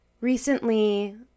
Recently